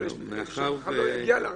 אבל יש מקרים שזה בכלל לא הגיע לרשם.